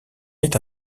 ait